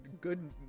Good